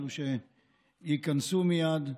אלה שייכנסו מייד,